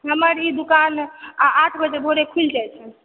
हमर ई दुकान आ आठ बजे खुलि जाइ छै